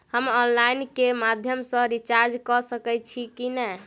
हम ऑनलाइन केँ माध्यम सँ रिचार्ज कऽ सकैत छी की?